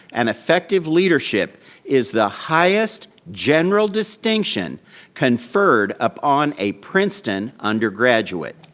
and effective leadership is the highest general distinction conferred upon a princeton undergraduate.